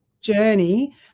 journey